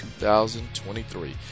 2023